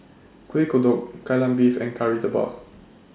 Kueh Kodok Kai Lan Beef and Kari Debal